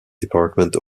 department